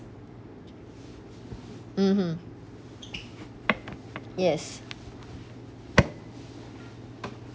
mmhmm yes